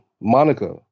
Monica